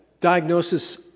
diagnosis